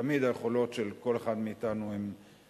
תמיד היכולות של כל אחד מאתנו מוגבלות,